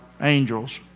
angels